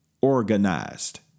organized